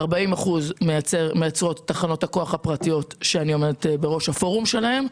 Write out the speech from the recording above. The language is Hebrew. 40% מייצרות תחנות הכוח הפרטיות שאני עומדת בראש הפורום שלהן,